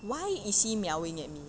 why is he meowing at me